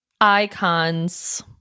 Icons